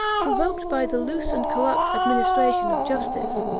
provoked by the loose and corrupt administration of justice,